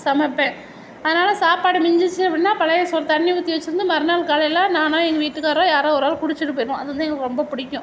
சமைப்பேன் அதனால் சாப்பாடு மிஞ்சுருச்சு அப்படின்னா பழைய சோறு தண்ணிர் ஊற்றி வெச்சுருந்து மறுநாள் காலையில் நானோ எங்கள் வீட்டுக்காரரோ யாரோ ஒரு ஆள் குடிச்சுட்டு போய்ருவோம் அது வந்து எங்களுக்கு ரொம்ப பிடிக்கும்